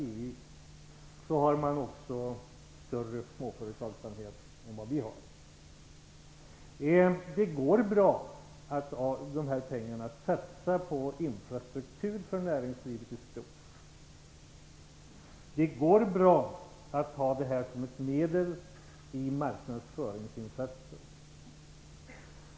Där är det också större småföretagsamhet än vad vi har. Det går bra att av dessa pengar satsa på infrastruktur för näringslivet i stort. Det går bra att ha det som ett medel i marknadsföringsinsatser.